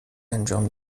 انجام